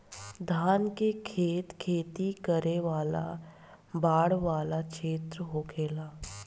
धान के खेत खेती करे वाला बाढ़ वाला क्षेत्र होखेला